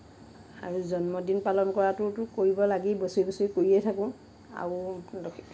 আৰু জন্মদিন পালন কৰাটোতো কৰিব লাগেই বছৰি বছৰি কৰিয়ে থাকোঁ আৰু